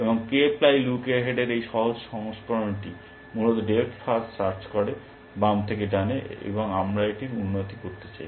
এবং k ply look এহেডের এই সহজ সংস্করণটি মূলত ডেপ্থ ফার্স্ট সার্চ করে বাম থেকে ডানে এবং আমরা এটির উন্নতি করতে চাই